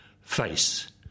face